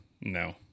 No